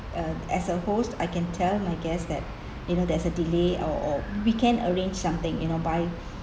uh as a host I can tell my guest that you know there's a delay I'll we can arrange something you know buy